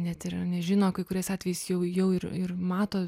net ir nežino kai kuriais atvejais jau jau ir ir mato